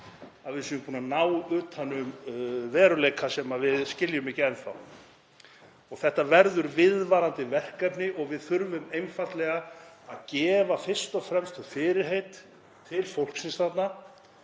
að við séum búin að ná utan um veruleika sem við skiljum ekki enn þá. Þetta verður viðvarandi verkefni og við þurfum einfaldlega að gefa fyrst og fremst fyrirheit til fólksins þarna